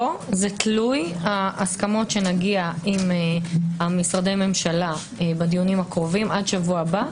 פה זה תלוי ההסכמות שנגיע עם משרדי הממשלה בדיונים הקרובים עד שבוע הבא.